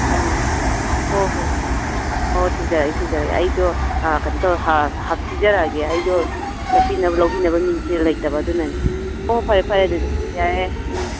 ꯑꯥ ꯍꯣꯏ ꯍꯣꯏ ꯑꯣ ꯊꯤꯟꯖꯔꯛꯑꯒꯦ ꯊꯦꯟꯖꯔꯛꯑꯒꯦ ꯑꯩꯗꯣ ꯀꯩꯅꯣ ꯇꯧꯔꯒ ꯄꯤꯖꯔꯛꯑꯒꯦ ꯑꯩꯗꯣ ꯆꯠꯄꯤꯅꯕ ꯂꯧꯕꯤꯅꯕ ꯃꯤꯁꯦ ꯂꯩꯇꯕ ꯑꯗꯨꯅꯅꯤ ꯑꯣ ꯐꯔꯦ ꯐꯔꯦ ꯑꯗꯨꯗꯤ ꯌꯥꯔꯦ ꯌꯥꯔꯦ ꯎꯝ